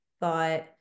thought